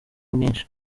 mwinshi